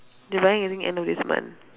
they buying end end of this month